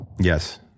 Yes